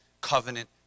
covenant